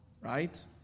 Right